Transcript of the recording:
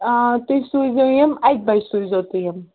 آ تُہۍ سوٗزیو یِم اَکہِ بَجہِ سوٗزیو تُہۍ یِم